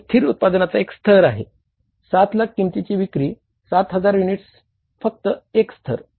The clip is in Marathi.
7 लाख किमतीची विक्री 7 हजार युनिट्स फक्त एक स्तर